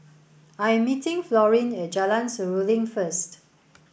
I am meeting Florine at Jalan Seruling first